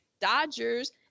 Dodgers—